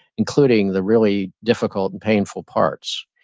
including the really difficult and painful parts.